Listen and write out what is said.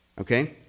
Okay